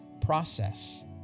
process